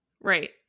Right